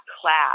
class